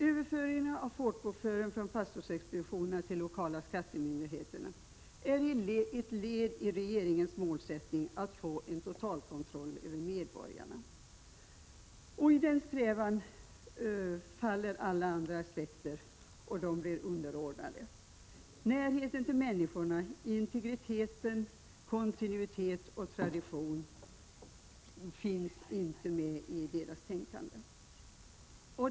Överföringen av folkbokföringen från pastorsexpeditionerna till lokala skattemyndigheter är endast ett led i regeringens målsättning att få en totalkontroll över medborgarna. I den strävan blir alla andra aspekter underordnade och faller. Närhet till människorna, integritet, kontinuitet och tradition finns inte med i detta tänkande.